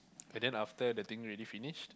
and then after the thing already finish